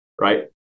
Right